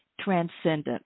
transcendent